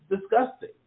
disgusting